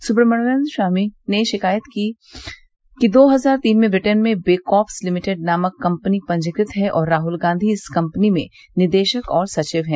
सुब्रमण्यम स्वामी ने शिकायत में कहा है कि दो हजार तीन में ब्रिटेन में बेकॉप्स लिमिटेड नामक कंपनी पंजीकृत है और राहल गांधी इस कंपनी में निदेशक और सचिव हैं